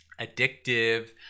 addictive